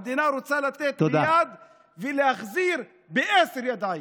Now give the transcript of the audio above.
המדינה רוצה לתת יד ולהחזיר בעשר ידיים.